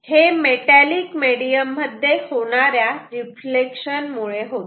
तर हे metallic medium मध्ये होणाऱ्या रिफ्लेक्शन मुळे होते